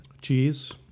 Cheese